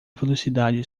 velocidade